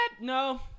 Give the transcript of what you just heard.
No